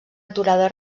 aturada